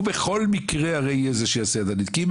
הוא בכל מקרה הרי זה שיעשה ידנית כי אם